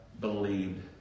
believed